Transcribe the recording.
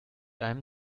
einem